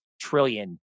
trillion